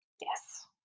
Yes